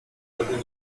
between